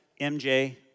MJ